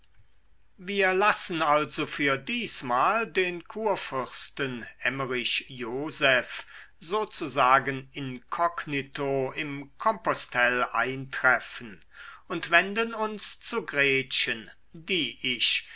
wir lassen also für diesmal den kurfürsten emmerich joseph sozusagen inkognito im kompostell eintreffen und wenden uns zu gretchen die ich